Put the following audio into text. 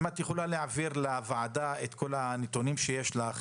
אם תוכלי להעביר לוועדה את כל הנתונים שיש לך